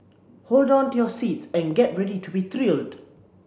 hold on to your seats and get ready to be thrilled